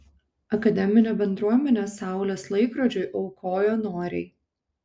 akademinė bendruomenė saulės laikrodžiui aukojo noriai